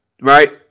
Right